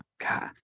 God